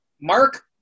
Mark